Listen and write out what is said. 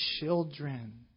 children